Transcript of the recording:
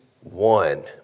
one